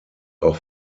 auch